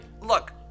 look